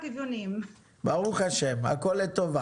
ברוך השם, הכול לטובה.